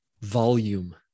volume